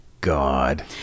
God